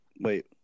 Wait